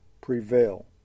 prevail